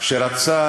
אם אנחנו